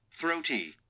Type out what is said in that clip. Throaty